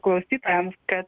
klausytojams kad